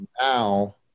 Now